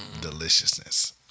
deliciousness